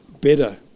better